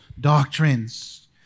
doctrines